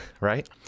right